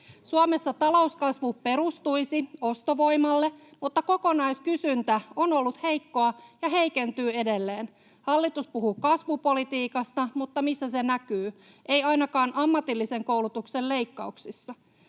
Suomessa talouskasvu perustuisi ostovoimalle, mutta kokonaiskysyntä on ollut heikkoa ja heikentyy edelleen. Hallitus puhuu kasvupolitiikasta, mutta missä se näkyy? Ei ainakaan ammatillisen koulutuksen leikkauksissa.